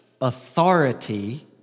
authority